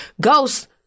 Ghost